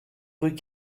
rue